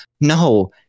No